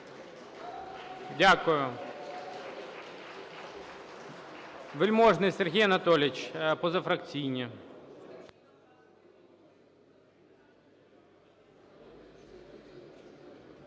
Дякую. Вельможний Сергій Анатолійович, позафракційні.